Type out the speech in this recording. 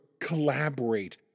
collaborate